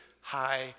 high